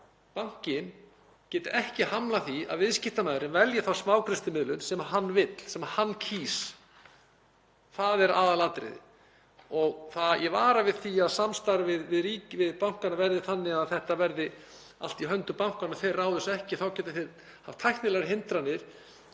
að bankinn geti ekki hamlað því að viðskiptamaðurinn velji þá smágreiðslumiðlun sem hann vill, sem hann kýs. Það er aðalatriðið. Ég vara við því að samstarf ríkisins við bankana verði þannig að þetta verði allt í höndum bankanna og ef þeir ráði þessu ekki geti þeir sett upp tæknilegar hindranir